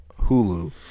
Hulu